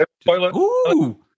Toilet